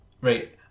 right